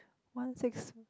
one six